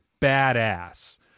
badass